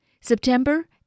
September